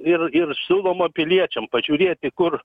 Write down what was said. ir ir siūloma piliečiam pažiūrėti kur